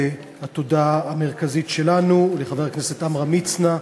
התודה המרכזית שלנו היא לחבר הכנסת עמרם מצנע,